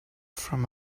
from